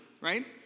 right